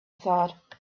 thought